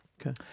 Okay